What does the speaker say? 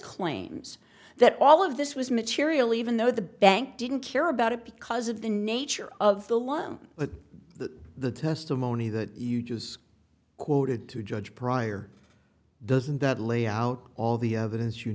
claims that all of this was material even though the bank didn't care about it because of the nature of the loan but that the testimony that you just quoted to judge prior doesn't that lay out all the evidence you